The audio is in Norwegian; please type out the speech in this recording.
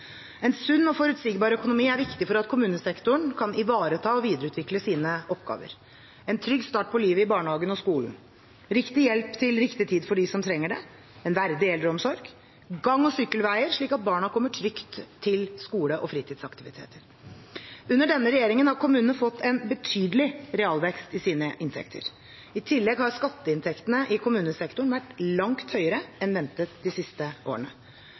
En sunn og forutsigbar økonomi er viktig for at kommunesektoren kan ivareta og videreutvikle sine oppgaver: en trygg start på livet i barnehagen og skolen riktig hjelp til riktig tid for dem som trenger det en verdig eldreomsorg gang- og sykkelveier, slik at barna kommer trygt til skole og fritidsaktiviteter Under denne regjeringen har kommunene fått en betydelig realvekst i sine inntekter. I tillegg har skatteinntektene i kommunesektoren vært langt høyere enn ventet de siste årene.